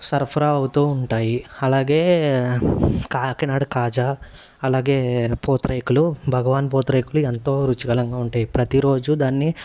సరఫరా అవుతూ ఉంటాయి అలాగే కాకినాడ కాజా అలాగే పూతరేకులు భగవాన్ పూతరేకులు ఎంతో రుచికరంగా ఉంటాయి ప్రతిరోజు దాన్ని